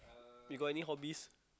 you got any hobbies